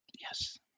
Yes